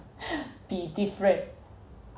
be different